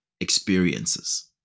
experiences